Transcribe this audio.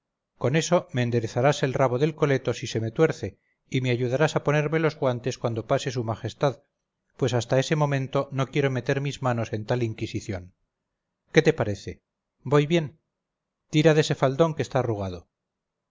con eso me enderezarás el rabo del coleto si se me tuerce y me ayudarás a ponerme los guantes cuando pase s m pues hasta ese momento no quiero meter mis manos en tal inquisición qué te parece voy bien tira de ese faldón que está arrugado